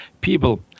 people